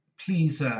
please